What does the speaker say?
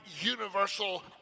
universal